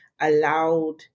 allowed